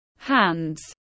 hands